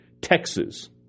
Texas